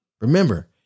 Remember